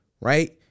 right